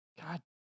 God